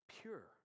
pure